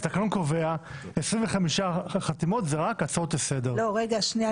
25 חתימות זה רק הצעות לסדר-היום.